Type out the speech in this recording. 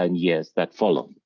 and years that follow.